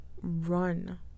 run